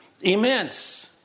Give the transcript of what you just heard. immense